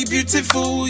Beautiful